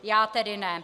Já tedy ne.